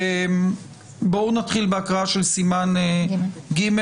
בואו נתחיל בהקראה של סימן ג'.